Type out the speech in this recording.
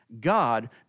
God